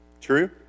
True